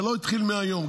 זה לא התחיל מהיום.